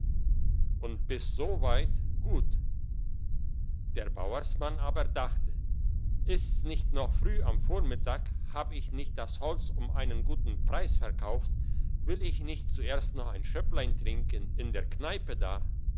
und bis so weit gut der bauersmann aber dachte ist's nicht noch früh am vormittag hab ich nicht das holz um einen guten preis verkauft will ich nicht zuerst noch ein schöpplein trinken in der kneipe da